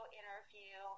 interview